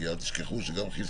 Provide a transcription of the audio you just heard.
כי אל תשכחו שגם חיסונים